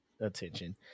attention